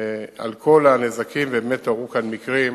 על כל הנזקים, ובאמת קרו כאן מקרים